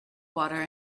water